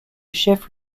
chef